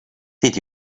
did